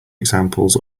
examples